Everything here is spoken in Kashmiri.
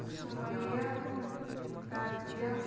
سُمیہ رافیہ